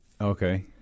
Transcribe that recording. Okay